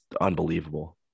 unbelievable